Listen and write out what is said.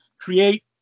create